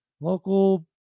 local